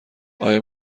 آیا